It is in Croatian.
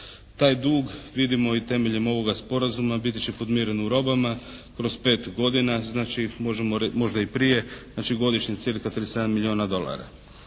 Taj dug vidimo i temelju ovoga sporazuma, biti će podmiren u robama kroz 5 godina. Znači možemo, možda i prije. Znači godišnje cirka 37 milijuna dolara.